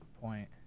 point